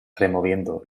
removiendo